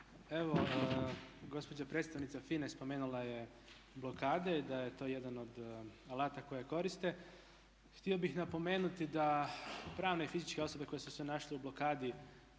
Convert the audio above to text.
Evo gospođa predstavnica FINA-e spomenula je blokade, da je to jedan od alata koje koriste. Htio bih napomenuti da pravne i fizičke osobe koje su se našle u blokadi